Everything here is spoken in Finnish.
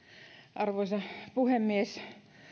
arvoisa puhemies